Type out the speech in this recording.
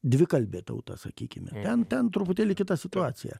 dvikalbė tauta sakykime ten ten truputėlį kita situacija